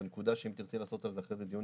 זו נקודה שאם תרצי לעשות על זה אחרי זה דיון,